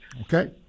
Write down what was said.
Okay